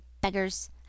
beggars